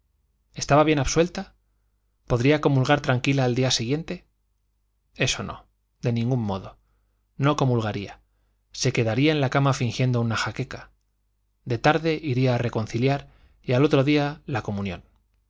estaba bien absuelta podría comulgar tranquila al día siguiente eso no de ningún modo no comulgaría se quedaría en la cama fingiendo una jaqueca de tarde iría a reconciliar y al otro día la comunión